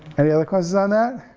any other questions on that?